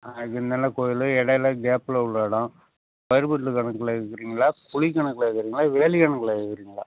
அங்கே நல்ல கோயில் இடையில கேப்ல உள்ள இடம் ஸ்கொயர் ஃபிட்ல கணக்கில் கேட்கறீங்களா குழிக் கணக்கில் கேட்கறீங்களா வேலிக் கணக்கில் கேட்கறீங்களா